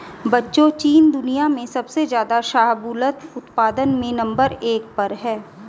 बच्चों चीन दुनिया में सबसे ज्यादा शाहबूलत उत्पादन में नंबर एक पर है